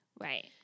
Right